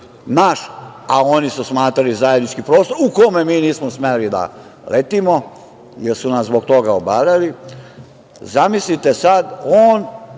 naš, a oni su smatrali zajednički prostor u kome mi nismo smeli da letimo, jer su nas zbog toga obarali, zamislite sada, on